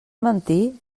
mentir